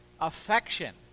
affection